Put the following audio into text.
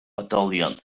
oedolion